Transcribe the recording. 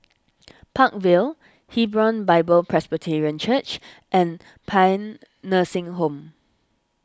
Park Vale Hebron Bible Presbyterian Church and Paean Nursing Home